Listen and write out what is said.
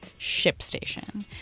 ShipStation